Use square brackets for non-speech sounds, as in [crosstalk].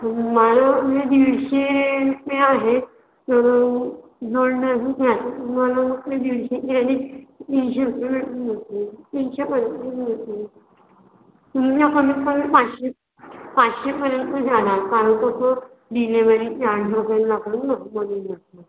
[unintelligible] दीडशे रुपे आहे तर [unintelligible] तुम्हाला दीडशेची आणि तीनशे [unintelligible] तीनशे पंचवीस [unintelligible] तुम्हाला कमीत कमी पाचशे पाचशेपर्यंत जाणार कारण कसं डिलिव्हरी चार्ज वगैरे लागेल ना [unintelligible]